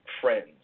friends